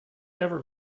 ever